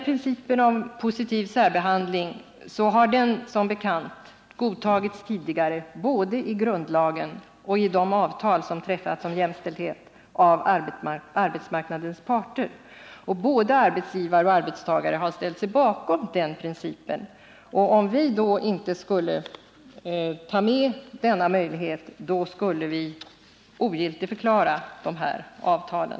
Principen om positiv särbehandling har som bekant godtagits tidigare både i grundlagen och i de avtal som träffats av arbetsmarknadens parter om jämställdhet. Både arbetsgivare och arbetstagare har ställt sig bakom den principen. Om vi då inte skulle ta med denna möjlighet skulle vi ogiltigförklara avtalen.